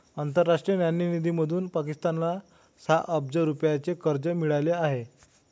आंतरराष्ट्रीय नाणेनिधीकडून पाकिस्तानला सहा अब्ज रुपयांचे कर्ज मिळाले आहे